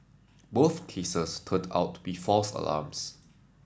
both cases turned out to be false alarms